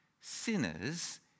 Sinners